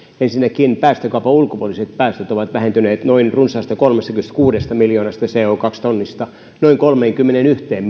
ensinnäkin päästökaupan ulkopuoliset päästöt ovat vähentyneet noin runsaasta kolmestakymmenestäkuudesta miljoonasta co tonnista noin kolmeenkymmeneenyhteen